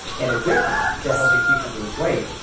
in addition to helping people lose weight.